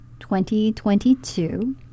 2022